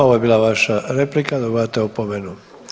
Ovo je bila vaša replika, dobivate opomenu.